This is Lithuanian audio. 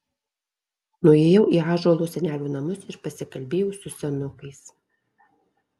nuėjau į ąžuolo senelių namus ir pasikalbėjau su senukais